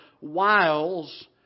wiles